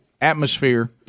atmosphere